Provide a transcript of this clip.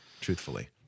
truthfully